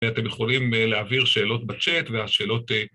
אתם יכולים להעביר שאלות בצ'אט, והשאלות...